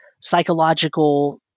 psychological